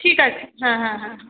ঠিক আছে হ্যাঁ হ্যাঁ হ্যাঁ হ্যাঁ